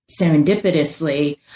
serendipitously